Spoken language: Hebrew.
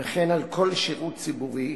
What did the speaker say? וכן על כל שירות ציבורי,